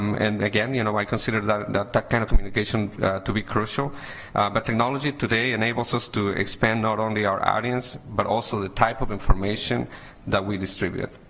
um and again you know i consider that that that kind of communication to be crucial but technology today enables us to expand not only our audience but also the type of information that we distribute